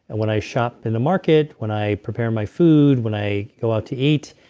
and when i shop in the market, when i prepare my food, when i go out to eat,